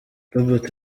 robert